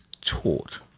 taught